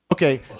Okay